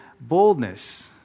boldness